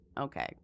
Okay